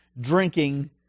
drinking